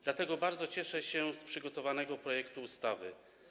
Dlatego bardzo cieszę się z przygotowanego projektu ustawy.